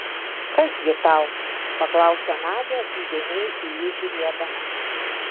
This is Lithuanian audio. kas gi tau paklausė nadia įdėmiai į jį žiūrėdama